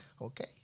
Okay